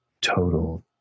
total